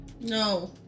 no